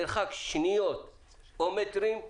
מרחק שניות או מטרים,